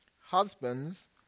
Husbands